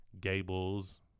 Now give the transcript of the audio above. Gables